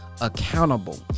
accountable